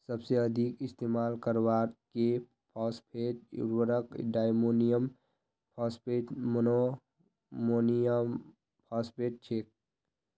सबसे अधिक इस्तेमाल करवार के फॉस्फेट उर्वरक डायमोनियम फॉस्फेट, मोनोअमोनियमफॉस्फेट छेक